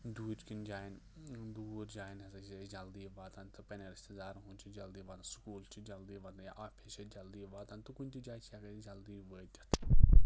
دوٗرکِنۍ جایَن دوٗر جاٮ۪ن ہسا چھ أسۍ جلدٕے واتان تہٕ یا پننٮ۪ن رِشتہٕ دارَن ہُند چھ جلدٕے واتان سکوٗل چھِ جلدٕے واتان یا آفِس چھ أسۍ جلدٕے واتان تہٕ کُنہِ تہِ جایہِ چھ ہؠکان أسۍ جلدٕے وٲتِتھ